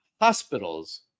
hospitals